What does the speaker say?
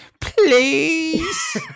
please